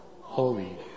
holy